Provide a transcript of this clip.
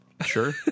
Sure